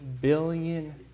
billion